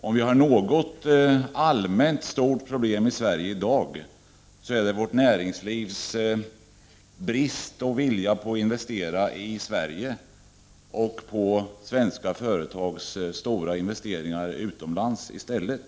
Om vi har något allmänt, stort problem i Sverige i dag, så är det vårt näringslivs brist på vilja att investera i Sverige och svenska företags stora investeringar utomlands i stället.